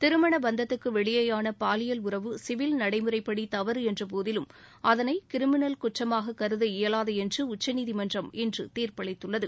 திருமண பந்தத்துக்கு வெளியேயான பாலியல் உறவு சிவில் நடைமுறைப்படி தவறு என்றபோதிலும் அதனை கிரிமினல் குற்றமாகக் கருத இயலாது என்று உச்சநீதிமன்றம் இன்று தீர்ப்பளித்துள்ளது